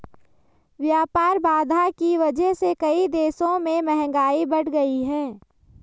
व्यापार बाधा की वजह से कई देशों में महंगाई बढ़ गयी है